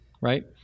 Right